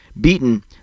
Beaten